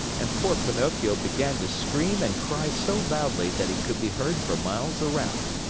and poor pinocchio began to scream and cry so loudly that he could be heard for miles around.